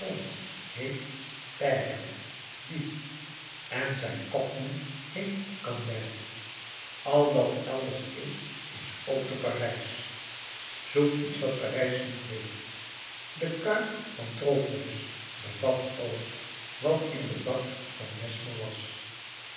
heet pègre dief en zijn cockney heet gandin al wat elders is is ook te parijs zoek iets wat parijs niet heeft de kuip van trophonius bevat alles wat in den bak van mesmer was